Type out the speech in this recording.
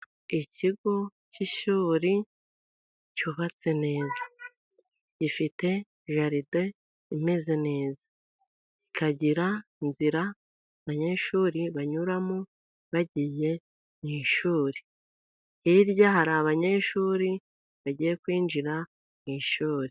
Ikigo k'ishuri cyubatse neza, gifite jaride imeze neza, kikagira inzira, abanyeshuri banyuramo bagiye mu ishuri. Hirya hari abanyeshuri bagiye kwinjira mu ishuri.